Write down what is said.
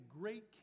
great